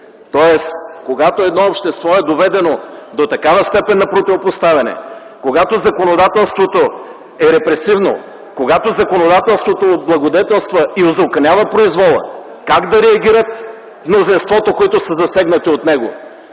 Когато едно общество е доведено до такава степен на противопоставяне, когато законодателството е репресивно, когато законодателството облагодетелства и узаконява произвола, как да реагира мнозинството, което е засегнато от него?!